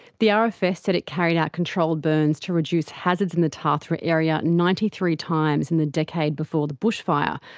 the ah rfs said it carried out controlled burns to reduce hazards in the tathra area ninety three times in the decade before the bushfire.